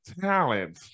talent